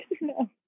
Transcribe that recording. No